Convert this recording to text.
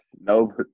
No